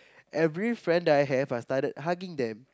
every friend I have I started hugging them